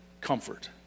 comfort